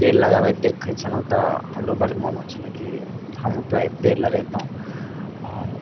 पेड़ लगाबैत देखै छलहुँ तऽ हमरो बड़ मोन होइ छलै की हमहुँ पेड़ पेड़ लगेतहुँ आओर